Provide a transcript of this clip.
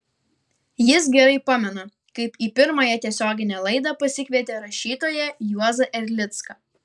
jis gerai pamena kaip į pirmąją tiesioginę laidą pasikvietė rašytoją juozą erlicką